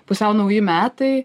pusiau nauji metai